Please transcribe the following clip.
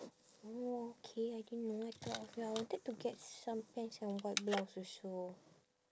oh okay I didn't know I thought okay I wanted to get some pants and white blouse also